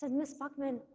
said ms. buckman,